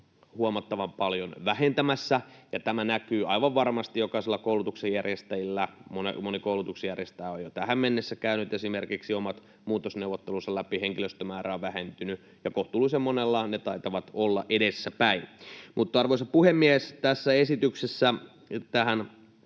huomattavan paljon vähentämässä. Tämä näkyy aivan varmasti jokaisella koulutuksen järjestäjällä. Moni koulutuksen järjestäjä on jo tähän mennessä käynyt esimerkiksi omat muutosneuvottelunsa läpi, henkilöstömäärä on vähentynyt, ja kohtuullisen monellahan ne taitavat olla edessä päin. Arvoisa puhemies! Tähän esitykseen